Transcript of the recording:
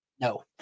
No